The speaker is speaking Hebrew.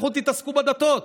לכו תתעסקו בדתות.